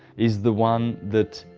is the one that